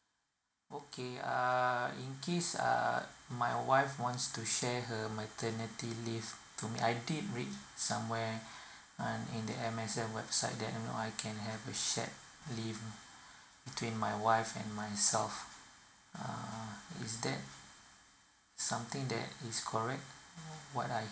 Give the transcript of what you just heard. okay uh in case uh my wife wants to share her maternity leave to me I did read somewhere uh in the M_S_F website that you know I can have a shared leave bwtween my wife and myself uh is that something that is correct what I